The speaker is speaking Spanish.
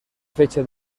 fecha